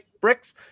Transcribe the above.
Bricks